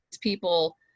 people